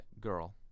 girl